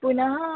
पुनः